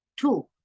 Two